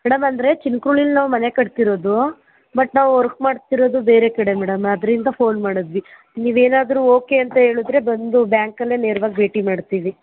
madam ಅಂದರೆ ಚಿನ್ಕುರ್ಳಿಲಿ ನಾವು ಮನೆ ಕಟ್ತಿರೋದು ಬಟ್ ನಾವು ವರ್ಕ್ ಮಾಡ್ತಿರೋದು ಬೇರೆ ಕಡೆ ಮೇಡಮ್ ಆದ್ದರಿಂದ ಫೋನ್ ಮಾಡಿದ್ವಿ ನೀವೇನಾದರೂ ಓಕೆ ಅಂತ ಹೇಳುದ್ರೆ ಬಂದು ಬ್ಯಾಂಕಲ್ಲೇ ನೇರ್ವಾಗಿ ಭೇಟಿ ಮಾಡ್ತೀವಿ